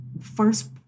first